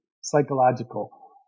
psychological